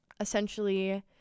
essentially